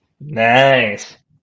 Nice